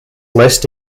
list